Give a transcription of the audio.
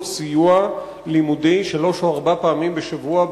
סיוע לימודי שלוש או ארבע פעמים בשבוע.